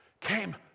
came